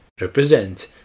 represent